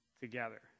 together